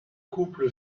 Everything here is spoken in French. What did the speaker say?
couple